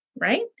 right